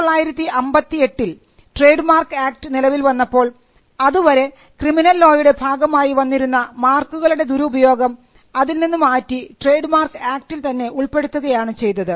1958 ൽ trade mark act നിലവിൽ വന്നപ്പോൾ അതുവരെ ക്രിമിനൽ ലോ യുടെ ഭാഗമായി വന്നിരുന്ന മാർക്കുകളുടെ ദുരുപയോഗം അതിൽ നിന്നും മാറ്റി ട്രേഡ് മാർക്ക് ആക്ടിൽ തന്നെ ഉൾപ്പെടുത്തുകയാണ് ചെയ്തത്